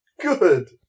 Good